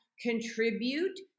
contribute